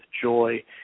joy